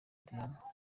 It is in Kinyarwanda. diane